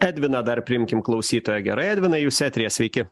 edviną dar priimkim klausytoją gerai edvinai jūs eteryje sveiki